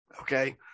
Okay